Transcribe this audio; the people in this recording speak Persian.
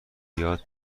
بیاد